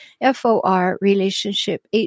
F-O-R-relationship